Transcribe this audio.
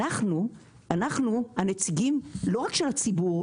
אנחנו הנציגים לא רק של הציבור,